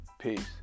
peace